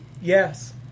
Yes